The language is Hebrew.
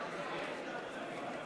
לתקנון: